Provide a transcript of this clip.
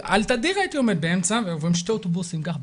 ותדיר הייתי עומד באמצע והיו עוברים שני אוטובוסים ככה.